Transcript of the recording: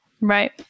Right